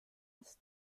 ist